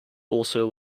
also